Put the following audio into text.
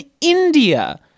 India